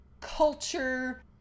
culture